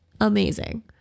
amazing